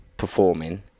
performing